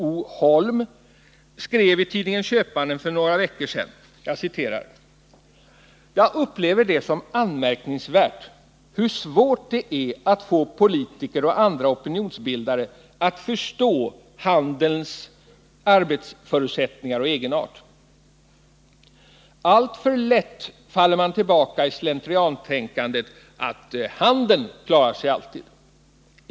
O. Holm skrev för några veckor sedan följande i tidningen Köpmannen: ”Jag upplever det som anmärkningsvärt hur svårt det är att få politiker och andra opinionsbildare att förstå handelns arbetsförutsättningar och egenart. Alltför lätt faller man tillbaka i slentriantänkandet att ”handeln klarar sig alltid”.